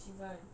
shefun